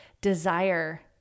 desire